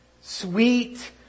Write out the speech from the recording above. Sweet